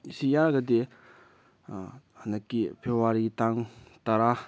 ꯑꯁꯤ ꯌꯥꯔꯒꯗꯤ ꯍꯟꯗꯛꯀꯤ ꯐꯦꯕꯨꯋꯥꯔꯤꯒꯤ ꯇꯥꯡ ꯇꯔꯥ